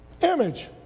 Image